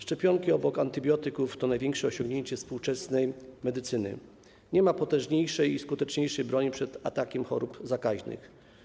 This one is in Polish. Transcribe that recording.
Szczepionki, obok antybiotyków, to największe osiągnięcie współczesnej medycyny - nie ma potężniejszej i skuteczniejszej broni przeciwko atakowi chorób zakaźnych.